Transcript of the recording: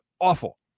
awful